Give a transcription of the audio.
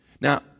Now